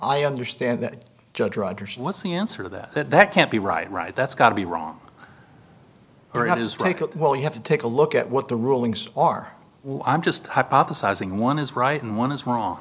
i understand that judge rogers what's the answer to that that that can't be right right that's got to be wrong or it is break up well you have to take a look at what the rulings are i'm just hypothesizing one is right and one is wrong